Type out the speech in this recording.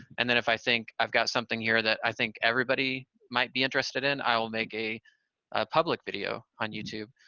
and then if i think i've got something here that i think everybody might be interested in, i will make a public video on youtube.